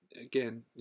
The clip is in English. again